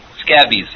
scabies